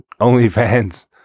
OnlyFans